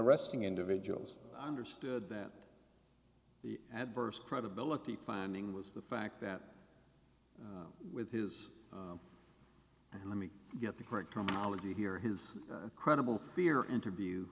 arresting individuals understood that the adverse credibility finding was the fact that with his let me get the correct terminology here his credible fear interview